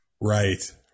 Right